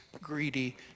greedy